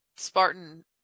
spartan